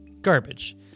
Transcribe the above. garbage